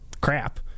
crap